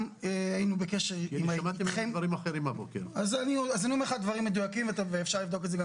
אני אומר לך דברים מדויקים, ואפשר לבדוק את זה.